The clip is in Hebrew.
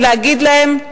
ולהגיד להם: